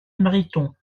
mariton